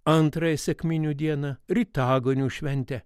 antrąją sekminių dieną ritaganių šventę